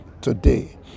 today